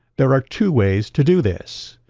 there are two ways to do this.